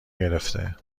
گرفته